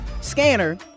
scanner